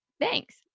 thanks